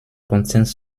konsens